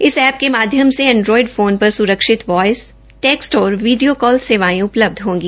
इस एप्प के माध्यम से एंड्रॉएड फोन पर सुरक्षित वॉयस टैक्स्ट और वीडियो कॉल सेवायें उपलब्ध होंगी